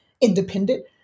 independent